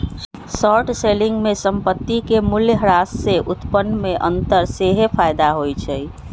short selling में संपत्ति के मूल्यह्रास से उत्पन्न में अंतर सेहेय फयदा होइ छइ